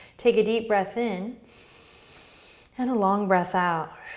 take a deep breath in and a long breath out.